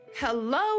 Hello